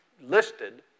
listed